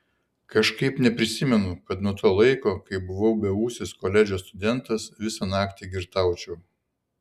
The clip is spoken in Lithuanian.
kažkaip neprisimenu kad nuo to laiko kai buvau beūsis koledžo studentas visą naktį girtaučiau